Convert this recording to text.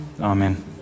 Amen